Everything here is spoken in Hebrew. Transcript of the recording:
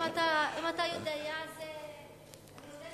אם אתה יודע אני אודה לך.